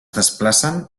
desplacen